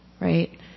right